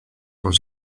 was